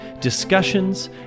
discussions